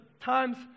times